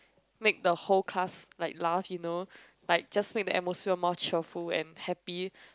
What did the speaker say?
make the whole class like laugh you know like just make the atmosphere more cheerful and happy